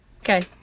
Okay